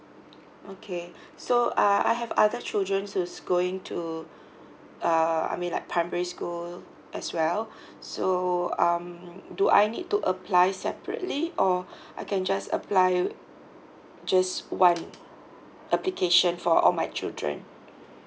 okay so uh I have other children who is going to uh I mean like primary school as well so um do I need to apply separately or I can just apply just one application for all my children